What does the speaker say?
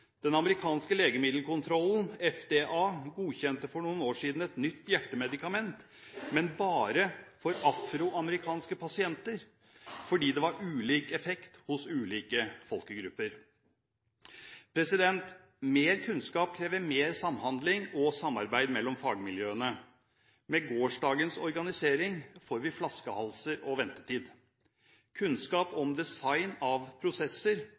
Den amerikanske legemiddelkontrollen, FDA, godkjente for noen år siden et nytt hjertemedikament, men bare for afroamerikanske pasienter fordi det var ulik effekt hos ulike folkegrupper. Mer kunnskap krever mer samhandling og samarbeid mellom fagmiljøene. Med gårsdagens organisering får vi flaskehalser og ventetid. Kunnskap om design av prosesser